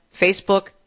Facebook